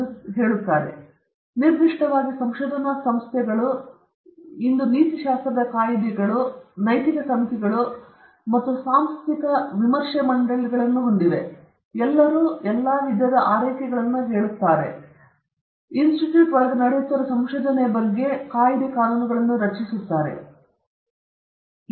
ಮತ್ತು ನಿರ್ದಿಷ್ಟವಾಗಿ ಸಂಶೋಧನಾ ಸಂಸ್ಥೆಗಳು ಮತ್ತು ಸಂಸ್ಥೆಗಳಲ್ಲಿ ನಾವು ಇಂದು ನೀತಿಶಾಸ್ತ್ರದ ಕಾಯಿದೆಗಳು ಅಥವಾ ನೈತಿಕ ಸಮಿತಿಗಳು ಅಥವಾ ಸಾಂಸ್ಥಿಕ ವಿಮರ್ಶೆ ಮಂಡಳಿಗಳನ್ನು ಹೊಂದಿವೆ ಎಲ್ಲರೂ ಆರೈಕೆಯನ್ನು ತೆಗೆದುಕೊಳ್ಳುತ್ತಾರೆ ಅಥವಾ ಸಂಸ್ಥೆಯೊಳಗೆ ಇನ್ಸ್ಟಿಟ್ಯೂಟ್ ಒಳಗೆ ನಡೆಯುತ್ತಿರುವ ಸಂಶೋಧನೆಯ ಬಗ್ಗೆ ನೋಡುತ್ತಾರೆ ಮತ್ತು ಸಂಶೋಧಕರು ತಮ್ಮ ಸಂಶೋಧನೆ ನಡೆಸಿದಾಗ ನೈತಿಕ ಮಾರ್ಗಸೂಚಿಗಳನ್ನು ಸೂಚಿಸಲು ಪ್ರಯತ್ನಿಸುತ್ತಾರೆ